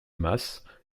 masse